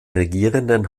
regierenden